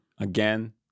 Again